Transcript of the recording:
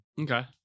Okay